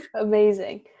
amazing